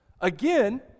Again